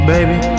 Baby